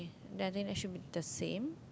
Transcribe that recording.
then I think that should be the same